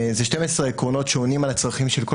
אלה 12 עקרונות שעונים על הצרכים של כל